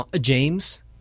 James